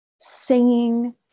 singing